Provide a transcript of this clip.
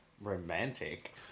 romantic